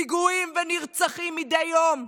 פיגועים ונרצחים מדי יום.